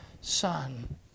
son